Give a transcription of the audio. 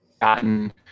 gotten